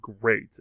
great